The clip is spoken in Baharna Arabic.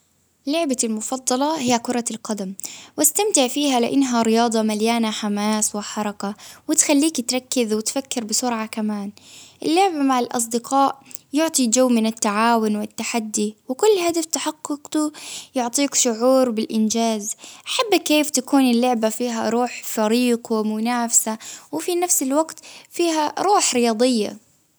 لعبتي المفضلة هي كرة القدم، وأستمتع فيها لأنها رياضة مليانة حماس وحركة، وتخليك تركز وتفكر بسرعة كمان، اللعب مع الأصدقاء يعطي جو من التعاون والتحدي، وكل هذا التحقق يعطيك شعور بالإنجاز، حبة كيف تكون اللعبة فيها روح فريق ومنافسة وفي نفس الوقت فيها روح رياضية.